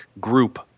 group